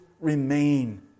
remain